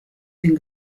den